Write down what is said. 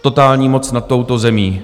Totální moc nad touto zemí.